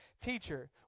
Teacher